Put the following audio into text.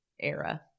era